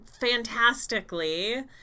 fantastically